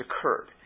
occurred